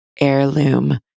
heirloom